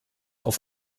auf